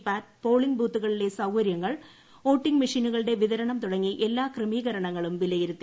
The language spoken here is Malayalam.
പാറ്റ് പോളിംഗ് ബൂത്തുകളിലെ സൌകര്യങ്ങൾ വോട്ടിംഗ് മെഷീനുകളുടെ വിതരണം തുടങ്ങി എല്ലാ ക്രമീകരണങ്ങളും വിലയിരുത്തി